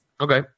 Okay